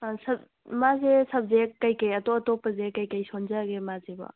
ꯃꯥꯁꯦ ꯁꯞꯖꯦꯛ ꯀꯩꯀꯩ ꯑꯇꯣꯞ ꯑꯇꯣꯞꯄꯁꯦ ꯀꯩꯀꯩ ꯁꯣꯟꯖꯒꯦ ꯃꯥꯁꯤꯕꯣ